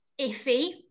Iffy